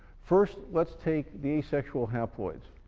first let's take the asexual haploids,